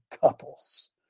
couples